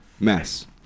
mess